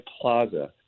plaza